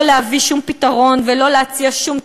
להביא שום פתרון ולא להציע שום תקווה,